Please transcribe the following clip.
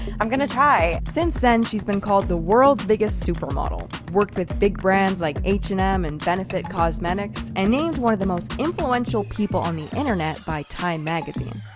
i'm gonna try. since then, she's been called the world's biggest supermodel, worked with big brands like h and m and benefit cosmetics, and named one of the most influential people on the internet by time magazine.